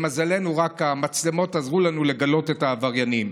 למזלנו, רק המצלמות עזרו לנו לגלות את העבריינים.